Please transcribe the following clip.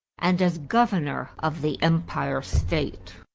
and as governor of the empire state.